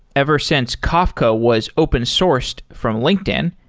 ever since kafka was open sourced from linkedin,